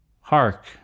Hark